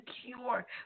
secure